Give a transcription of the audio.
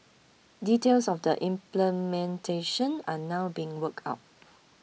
details of the implementation are now being worked out